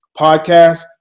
podcast